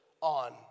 on